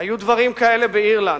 "היו דברים כאלה באירלנד.